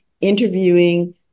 interviewing